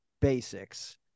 basics